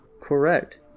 Correct